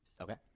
Okay